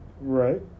Right